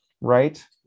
right